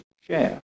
share